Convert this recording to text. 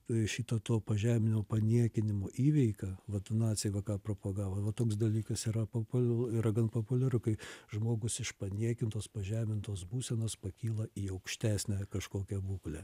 šito to pažeminimo paniekinimo įveika vat naciai va ką propagavo va toks dalykas yra populia yra gan populiaru kai žmogus iš paniekintos pažemintos būsenos pakyla į aukštesnę kažkokią būklę